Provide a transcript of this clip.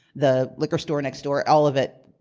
the liquor store next door, all of it.